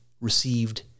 received